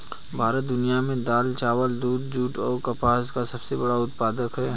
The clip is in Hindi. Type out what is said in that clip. भारत दुनिया में दाल, चावल, दूध, जूट और कपास का सबसे बड़ा उत्पादक है